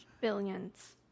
Billions